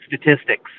statistics